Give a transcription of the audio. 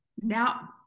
now